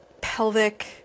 pelvic